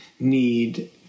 need